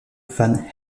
van